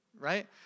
Right